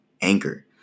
Anchor